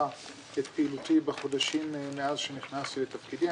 את פעילותי בחודשים מאז שנכנסתי לתפקידי.